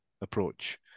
approach